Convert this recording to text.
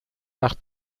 nach